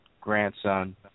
grandson